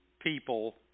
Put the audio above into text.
people